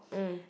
mm